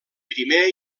primer